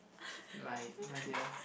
my my dear